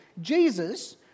Jesus